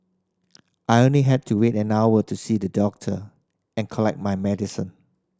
I only had to wait an hour to see the doctor and collect my medicine